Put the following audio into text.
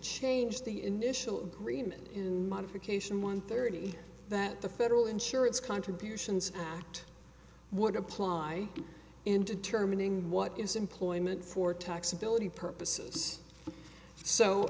change the initial agreement in modification one thirty that the federal insurance contributions act would apply in determining what is employment for taxability purposes